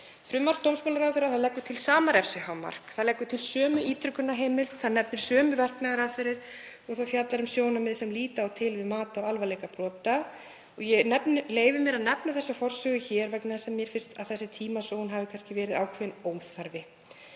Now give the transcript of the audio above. Frumvarp dómsmálaráðherra leggur til sama refsihámark. Það leggur til sömu ítrekunarheimild, það nefnir sömu verknaðaraðferðir, fjallar um sjónarmið sem líta á til við mat á alvarleika brota. Ég leyfi mér að nefna þessa forsögu hér vegna þess að mér finnst þessi tímasóun hafa verið ákveðinn óþarfi.